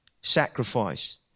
sacrifice